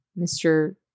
Mr